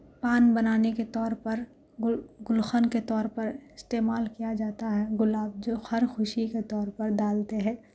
پان بنانے کے طور پر گل گلقند کے طور پر استعمال کیا جاتا ہے گلاب جو ہر خوشی کے طور پر ڈالتے ہے